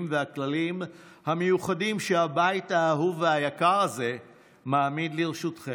והכללים המיוחדים שהבית האהוב והיקר הזה מעמיד לרשותכם,